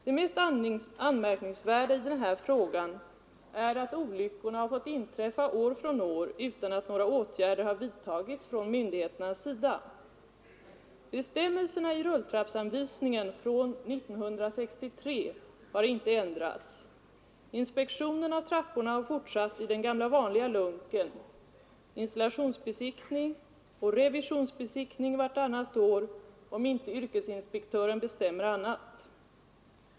Det mest anmärkningsvärda är att olyckor fått inträffa år efter år utan att några åtgärder vidtagits från myndigheternas sida. Bestämmelserna i rulltrappsanvisningen från 1963 har inte ändrats. Inspektionen av trapporna har fortsatt i den gamla vanliga lunken: installation, besiktning och revisionsbesiktning vartannat år om inte yrkesinspektören bestämmer annat.